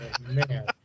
man